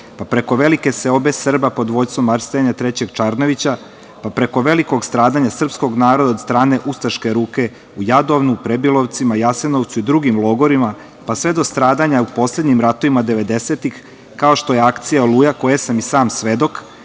pa preko Velike seobe Srba pod vođstvom Arsenija III Čarnojevića, pa preko veliko stradanja srpskog naroda od strane ustaške ruke u Jadovnu, Prebilovcima, Jasenovcu i drugim logorima, pa sve do stradanja u poslednjim ratovima devedesetih, kao što je akcija „Oluja“, koje sam i sam svedok,